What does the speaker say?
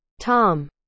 Tom